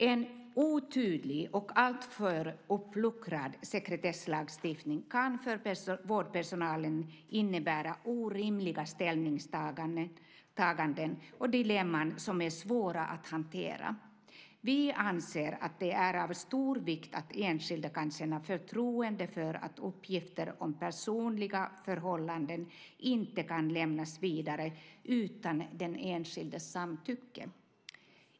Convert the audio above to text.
En otydlig och alltför uppluckrad sekretesslagstiftning kan för vårdpersonalen innebära orimliga ställningstaganden och dilemman som är svåra att hantera. Vi anser att det är av stor vikt att enskilda kan känna förtroende för att uppgifter om personliga förhållanden inte kan lämnas vidare utan den enskildes samtycke.